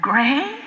gray